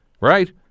Right